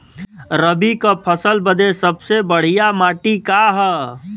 रबी क फसल बदे सबसे बढ़िया माटी का ह?